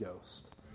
Ghost